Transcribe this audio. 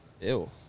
Ew